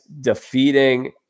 defeating